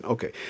Okay